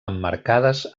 emmarcades